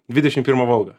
dvidešim pirmą volgą